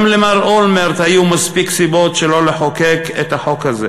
גם למר אולמרט היו מספיק סיבות שלא לחוקק את החוק הזה.